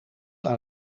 aan